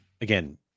Again